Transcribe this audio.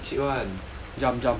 ya all cheap cheap [one]